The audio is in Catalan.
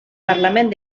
parlament